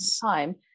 time